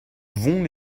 vont